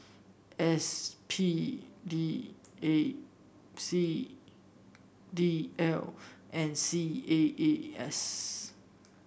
S P D A P D L and C A A S